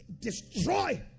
destroy